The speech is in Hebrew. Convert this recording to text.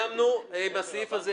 הבנתי.